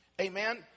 Amen